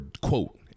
quote